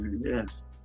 yes